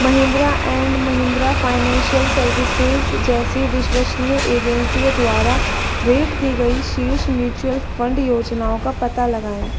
Mahindra and Mahindra Financial Services जैसी विश्वसनीय एजेंसियों द्वारा रेट की गई शीर्ष म्युचुअल फ़ंड योजनाओं का पता लगाएं